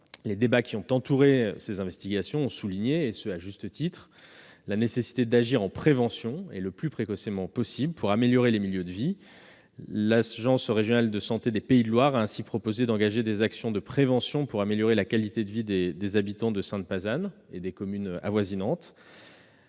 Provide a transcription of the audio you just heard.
les débats qui ont entouré ces investigations ont souligné, à juste titre, la nécessité d'agir par la prévention et le plus précocement possible pour améliorer les milieux de vie. L'agence régionale de santé des Pays de la Loire a ainsi proposé d'engager des actions de prévention pour améliorer la qualité de vie des habitants de Sainte-Pazanne et des communes environnantes